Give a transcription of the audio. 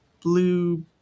Blue